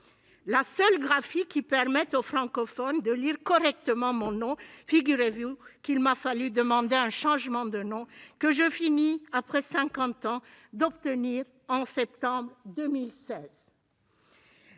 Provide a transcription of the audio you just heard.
la seule graphie qui permette aux francophones de lire correctement mon nom, figurez-vous qu'il m'a fallu demander un changement de nom- que je finis, après cinquante ans, par obtenir en septembre 2016.